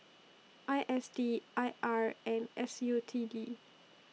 I S D I R and S U T D